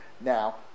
Now